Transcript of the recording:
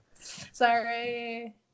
Sorry